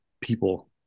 people